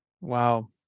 Wow